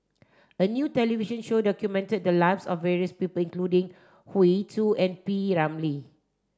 a new television show documented the lives of various people including Hoey Choo and P Ramlee